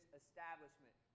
establishment